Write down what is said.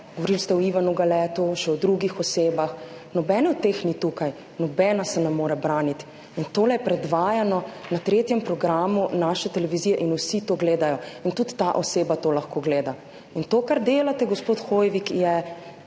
govorili ste o Ivanu Galetu, še o drugih osebah, nobene od teh ni tukaj, nobena se ne more braniti. Tole je predvajano na tretjem programu naše televizije in vsi to gledajo in tudi ta oseba to lahko gleda. To, kar delate, gospod Hoivik, je